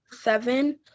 seven